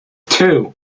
two